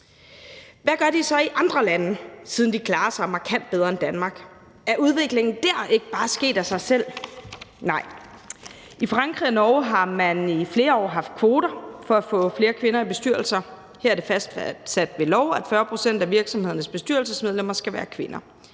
Hvad gør de så i andre lande, siden de klarer sig markant bedre end Danmark? Er udviklingen dér ikke bare sket af sig selv? Nej. I Frankrig og Norge har man i flere år haft kvoter for at få flere kvinder i bestyrelser. Her er det fastsat ved lov, at 40 pct. af virksomhedernes bestyrelsesmedlemmer skal være kvinder.